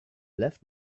left